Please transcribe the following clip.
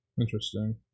Interesting